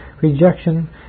rejection